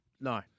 No